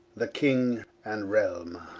the king, and realme.